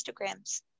Instagrams